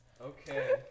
Okay